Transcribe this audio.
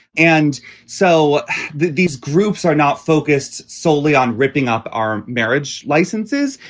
and so these groups are not focused solely on ripping up our marriage licenses,